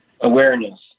awareness